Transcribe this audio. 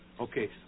Okay